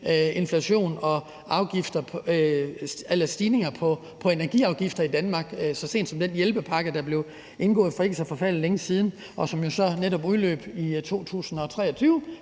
inflation og stigninger i energiafgifter i Danmark. Det gælder så sent som den hjælpepakke, der blev indgået for ikke så forfærdelig længe siden, og som jo så netop udløb her i 2023,